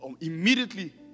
immediately